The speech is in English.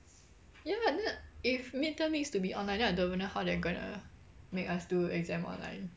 ya then if midterm needs to be online then I don't even know how they are going to make us do exam online